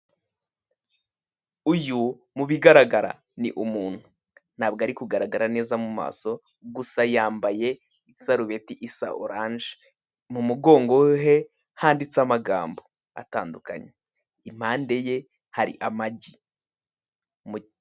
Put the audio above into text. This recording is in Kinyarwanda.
Uyu mu bigaragara ni umuntu ntabwo ari kugaragara neza mu maso gusa yambaye isarubeti isa oranje mu mugongo he handitse amagambo atandukanye impande ye hari amagi.